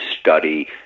study